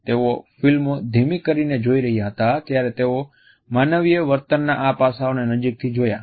તેઓ ફિલ્મો ધીમી કરીને જોઈ રહ્યા હતા ત્યારે તેઓ માનવીય વર્તનના આ પાસાને નજીકથી જોયા હતા